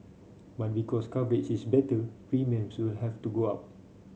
but because coverage is better premiums will have to go up